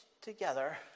together